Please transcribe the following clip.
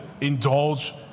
indulge